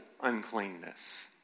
uncleanness